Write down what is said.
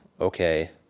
Okay